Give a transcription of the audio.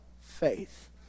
Faith